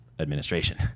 administration